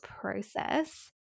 process